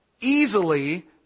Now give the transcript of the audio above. easily